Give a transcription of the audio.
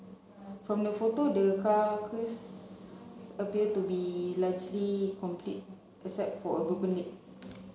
from the photo the carcass appear to be largely complete except for a broken leg